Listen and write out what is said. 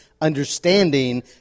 understanding